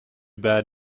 bad